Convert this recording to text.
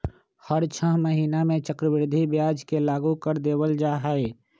हर छ महीना में चक्रवृद्धि ब्याज के लागू कर देवल जा हई